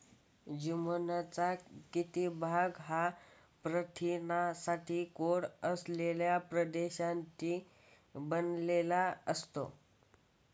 जीनोमचा किती भाग हा प्रथिनांसाठी कोड असलेल्या प्रदेशांनी बनलेला असतो?